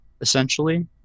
essentially